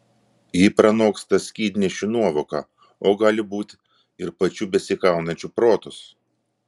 ji pranoksta skydnešių nuovoką o gal būti ir pačių besikaunančių protus